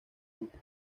grupo